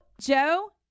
Joe